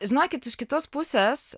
žinokit iš kitos pusės